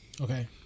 Okay